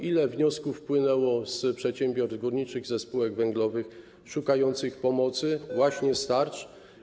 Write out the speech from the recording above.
Ile wniosków wpłynęło z przedsiębiorstw górniczych, ze spółek węglowych szukających pomocy właśnie z tarcz?